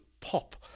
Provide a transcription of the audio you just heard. pop